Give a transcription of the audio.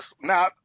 Now